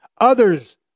others